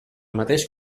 mateix